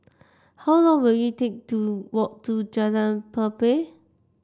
how long will it take to walk to Jalan Pelepah